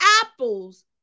apples